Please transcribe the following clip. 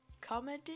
comedy